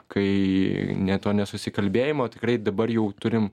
kai ne to nesusikalbėjimo tikrai dabar jau turim